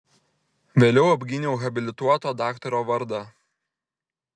vėliau apgyniau habilituoto daktaro vardą